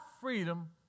freedom